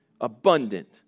abundant